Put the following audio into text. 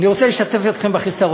אני רוצה לשתף אתכם בחיסרון.